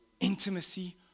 intimacy